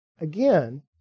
again